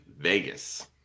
Vegas